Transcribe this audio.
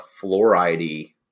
fluoride